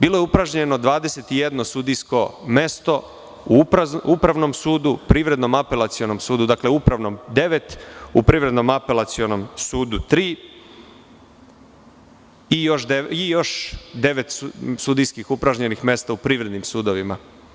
Bilo je upražnjeno 21 sudijsko mesto u Upravnom sudu, Privrednom-apelacionom sudu, dakle u Upravnom devet, u Privrednom-apelacionom sudu tri i još devet sudijskih upražnjenih mesta u privrednim sudovima.